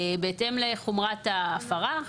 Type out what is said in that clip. בהתאם לחומרת ההפרה.